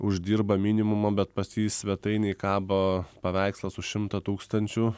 uždirba minimumą bet pas jį svetainėj kaba paveikslas už šimtą tūkstančių